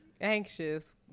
Anxious